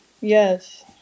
Yes